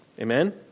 amen